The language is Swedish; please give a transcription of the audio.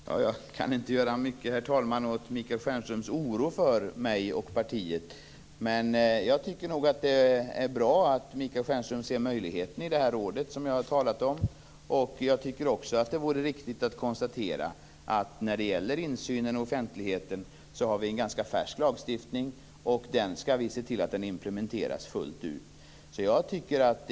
Herr talman! Jag kan inte göra mycket åt Michael Stjernströms oro för mig och partiet. Men jag tycker att det är bra att Michael Stjernström ser möjligheten med det här rådet som jag har talat om. Vi har en ganska färsk lagstiftning när det gäller insynen och offentligheten. Vi skall se till att den implementeras fullt ut.